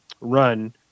run